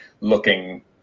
looking